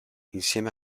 insieme